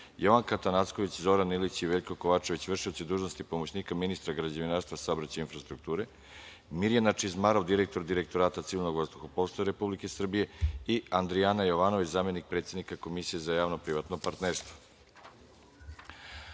Jovanka Atanacković, Zoran Milić i Veljko Kovačević, vršioci dužnosti pomoćnika ministra građevinarstva, saobraćaja i infrastrukture, Mirjana Čizmarov, direktor Direktorata civilnog vazduhoplovstva Republike Srbije i Andrijana Jovanović, zamenik predsednik Komisije za javno-privatno partnerstvo. Primili